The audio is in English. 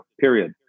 period